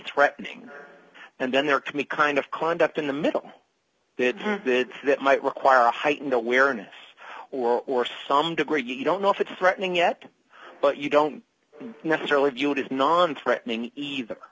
threatening her and then there can be kind of conduct in the middle of it that might require a heightened awareness or some degree you don't know if it's threatening yet but you don't necessarily view it as non threatening either